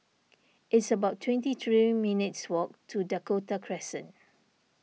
it's about twenty three minutes' walk to Dakota Crescent